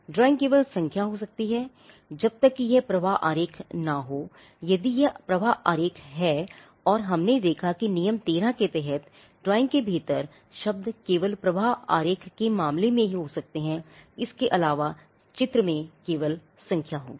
drawing केवल संख्या हो सकती है जब तक कि यह एक प्रवाह आरेख के मामले में हो सकते है उसके अलावा चित्र में केवल संख्या होगी